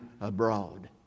abroad